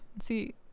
See